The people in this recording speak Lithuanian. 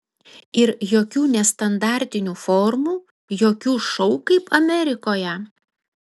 ir jokių nestandartinių formų jokių šou kaip amerikoje